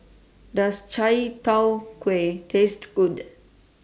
Does Chai Tow Kway Taste Good